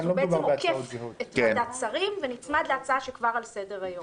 אז הוא בעצם עוקף את ועדת שרים ונצמד להצעה שכבר על סדר היום.